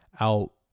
out